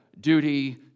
duty